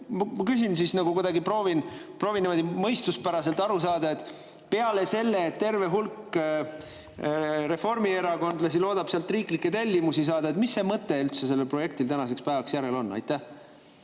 Ma küsin siis kuidagi, proovin mõistuspäraselt aru saada. Peale selle, et terve hulk reformierakondlasi loodab sealt riiklikke tellimusi saada, mis mõte üldse sellel projektil tänaseks päevaks järel on? Aitäh!